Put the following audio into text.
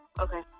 Okay